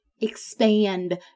expand